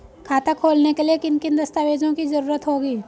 खाता खोलने के लिए किन किन दस्तावेजों की जरूरत होगी?